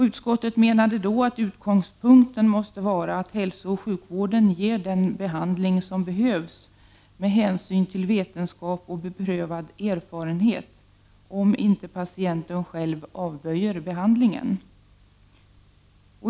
Utskottet menade då att utgångspunkten måste vara att hälsooch sjukvården ger den behandling som behövs med hänsyn till vetenskap och beprövad erfarenhet, om inte patienten själv avböjer behandlingen.